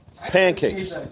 Pancakes